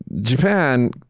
Japan